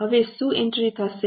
હવે શું એન્ટ્રી થશે